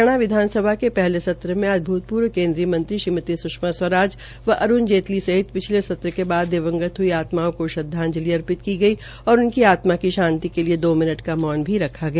हरियाणा विधानसभा के पहले सत्र में आज भूतपूर्व केन्द्रीयमंत्री श्रीमती स्षमा स्वाराज व अरूण जेतली सहित पिछले सत्र के बाद दिवंगत हई आत्माओं को श्रदवाजंलि अर्पित की गई और अनकी आत्म शांति के लिए दो मिनट का मौन भी रखा गया